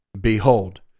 Behold